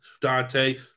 Dante